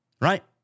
Right